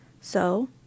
So